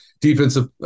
defensive